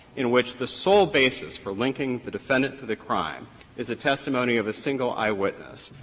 in which the sole basis for linking the defendant to the crime is the testimony of a single eyewitness,